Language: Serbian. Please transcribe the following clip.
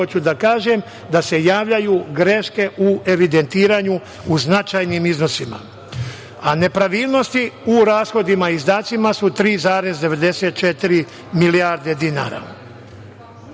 hoću da kažem, da se javljaju greške u evidentiranju u značajnim iznosima, a nepravilnosti u rashodima i izdacima su 3,94 milijarde dinara.